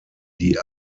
die